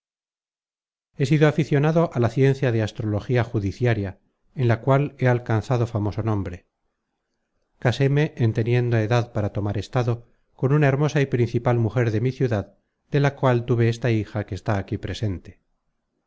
sido aficionado á la ciencia de astrología judiciaria en la cual he alcanzado famoso nombre caséme en teniendo edad para tomar estado con una hermosa y principal mujer de mi ciudad de la cual tuve esta hija que está aquí presente